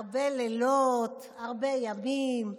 הרבה לילות, הרבה ימים,